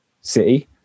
city